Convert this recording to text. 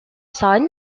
son